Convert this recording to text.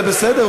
זה בסדר,